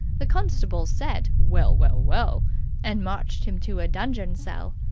the constable said well! well! well and marched him to a dungeon cell.